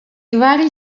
vari